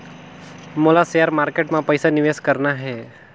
मोला share market मां पइसा निवेश करना हे?